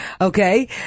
Okay